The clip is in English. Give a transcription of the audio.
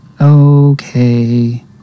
Okay